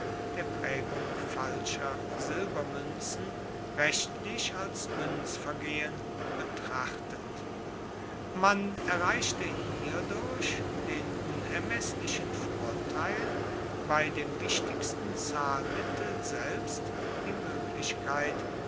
der prägung falscher silbermünzen rechtlich als münzvergehen betrachtet man erreichte hierdurch den unermeßlichen vorteil bei dem wichtigsten zahlmittel selbst die möglichkeit